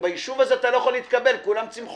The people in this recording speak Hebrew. ביישוב הזה אתה לא יכול להתקבל כי כולם צמחונים,